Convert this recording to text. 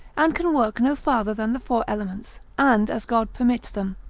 and can work no farther than the four elements, and as god permits them.